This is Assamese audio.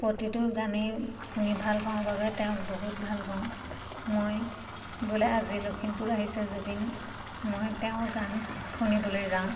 প্ৰতিটো গানেই শুনি ভাল পাওঁ বাবে তেওঁক বহুত ভাল পাওঁ মই বোলে আজি লখিমপুৰ আহিছে জুবিন মই তেওঁৰ গান শুনিবলৈ যাওঁ